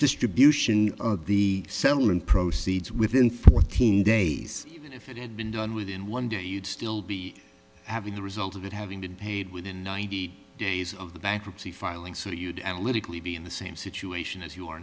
distribution of the settlement proceeds within fourteen days if it had been done within one day you'd still be having the result of it having been paid within ninety days of the bankruptcy filing so you'd analytically be in the same situation as you are